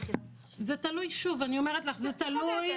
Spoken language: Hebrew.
זה תלוי, שוב אני אומרת לך, זה תלוי.